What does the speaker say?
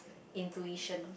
intuition